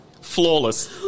flawless